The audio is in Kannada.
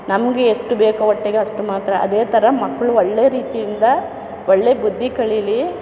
ನಮಗೆ ಎಷ್ಟು ಬೇಕು ಹೊಟ್ಟೆಗೆ ಅಷ್ಟು ಮಾತ್ರ ಅದೇ ಥರ ಮಕ್ಕಳು ಒಳ್ಳೆ ರೀತಿಯಿಂದ ಒಳ್ಳೆ ಬುದ್ಧಿ ಕಲೀಲಿ